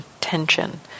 tension